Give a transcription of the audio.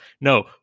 no